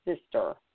sister